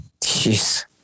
Jeez